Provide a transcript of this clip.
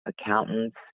accountants